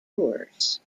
tours